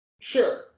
Sure